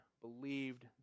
believed